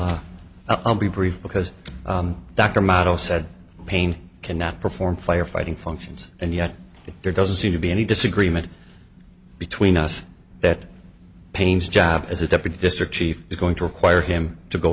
lot i'll be brief because dr model said payne cannot perform firefighting functions and yet there doesn't seem to be any disagreement between us that pains job as a deputy district chief is going to require him to go